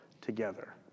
together